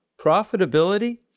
profitability